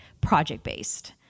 project-based